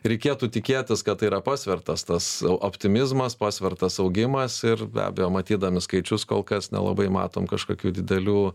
reikėtų tikėtis kad tai yra pasvertas tas optimizmas pasvertas augimas ir be abejo matydami skaičius kol kas nelabai matom kažkokių didelių